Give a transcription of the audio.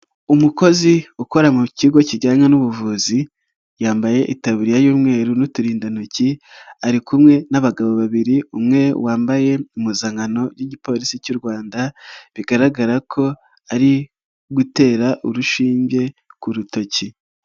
Umukozi ukora mu kigo kijyanye n'ubuvuzi yambaye itabiriye y'umweru n'uturindantoki, ari kumwe n'abagabo babiri umwe wambaye impuzankano y'Igipolisi cy'u Rwanda bigaragara ko ari gutera urushinge ku rutoki.